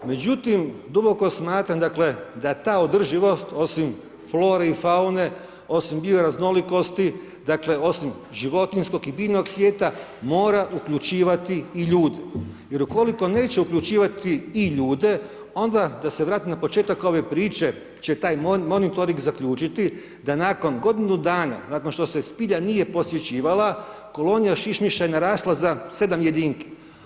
Međutim, duboko smatram, dakle, da ta održivost osim flore i faune, osim bioraznolikosti, dakle, osim životinjskog i biljnog svijeta, mora uključivati i ljude, jer ukoliko neće uključivati i ljude, onda da se vratim na početak ove priče, će taj monitoring zaključiti da nakon godinu dana, nakon što se spilja nije posjećivala, kolonija šišmiša je narasla za 7 jedinki.